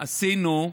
עשינו.